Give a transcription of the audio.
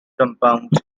compounds